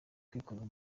kwikorera